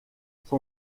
son